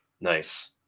Nice